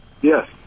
Yes